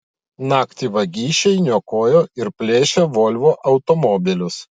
naktį vagišiai niokojo ir plėšė volvo automobilius